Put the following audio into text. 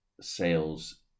sales